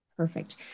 Perfect